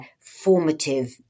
formative